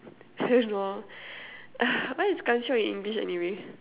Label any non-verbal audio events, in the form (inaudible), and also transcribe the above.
(laughs) no (noise) what is kanchiong in English anyway